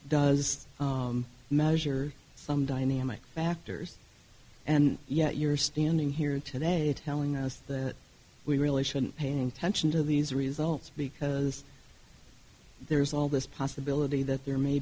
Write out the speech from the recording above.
does measure some dynamic factors and yet you're standing here today telling us that we really shouldn't paying attention to these results because there's all this possibility that there may